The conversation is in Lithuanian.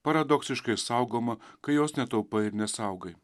paradoksiškai saugoma kai jos netaupai ir nesaugai